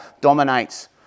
dominates